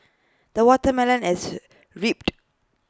the watermelon has reaped